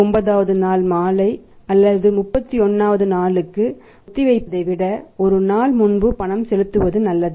29 வது நாள் மாலை அல்லது 31 வது நாளுக்கு ஒத்திவைப்பதை விட ஒரு நாள் முன்பு பணம் செலுத்துவது நல்லது